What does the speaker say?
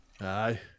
Aye